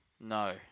No